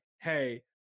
Hey